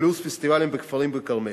פלוס פסטיבלים בכפרים בכרמל.